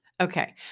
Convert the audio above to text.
Okay